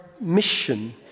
mission